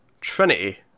Trinity